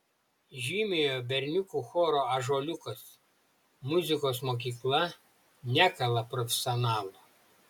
žymiojo berniukų choro ąžuoliukas muzikos mokykla nekala profesionalų